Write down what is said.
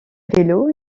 vélos